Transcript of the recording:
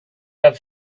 have